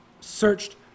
searched